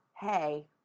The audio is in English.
hey